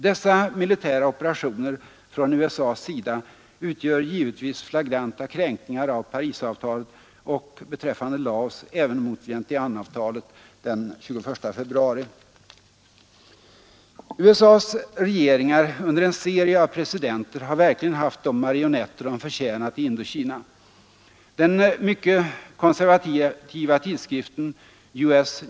Dessa militära operationer från USA:s sida utgör givetvis flagranta kränkningar av Parisavtalet och, beträffande Laos, även mot Vientiane-avtalet den 21 februari. USA:s regeringar under en serie av presidenter har verkligen haft de marionetter de förtjänat i Indokina. Den mycket konservativa tidskriften U.S.